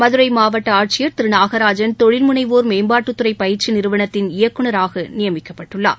மதுரை மாவட்ட ஆட்சியர் திரு நாகராஜன் தொழில் முனைவோர் மேம்பாட்டுத் துறை பயிற்சி நிறுவனத்தின் இயக்குனராக நியமிக்கப்பட்டுள்ளார்